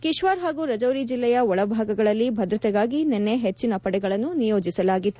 ಕಿಶ್ವಾರ್ ಹಾಗೂ ರಜೌರಿ ಜಿಲ್ಲೆಯ ಒಳ ಭಾಗಗಳಲ್ಲಿ ಭದ್ರತೆಗಾಗಿ ನಿನ್ನೆ ಹೆಚ್ಚನ ಪಡೆಯನ್ನು ನಿಯೋಜಿಸಲಾಗಿತ್ತು